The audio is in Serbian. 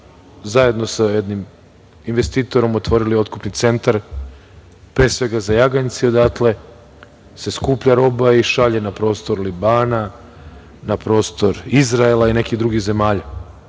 zajedno sa jednim investitorom otvorili otkupni centar, pre svega, za jaganjce i odatle se skuplja roba i šalje na prostor Libana, na prostor Izraela i nekih drugih zemalja